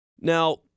Now